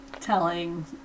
telling